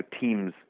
teams